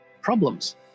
problems